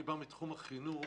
אני בא מתחום החינוך,